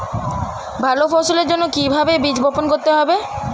ভালো ফসলের জন্য কিভাবে বীজ বপন করতে হবে?